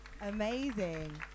Amazing